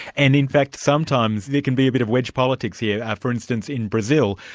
and in fact sometimes there can be a bit of wedge politics here. for instance, in brazil,